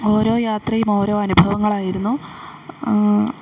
ഓരോ യാത്രയും ഓരോ അനുഭവങ്ങളായിരുന്നു